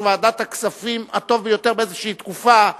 ועדת הכספים הטוב ביותר בתקופה כלשהי.